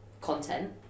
content